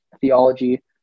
theology